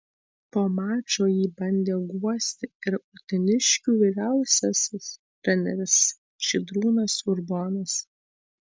po mačo jį bandė guosti ir uteniškių vyriausiasis treneris žydrūnas urbonas